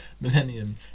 millennium